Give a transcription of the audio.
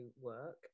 work